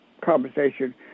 conversation